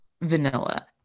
vanilla